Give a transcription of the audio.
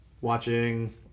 watching